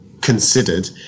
considered